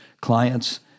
clients